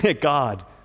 God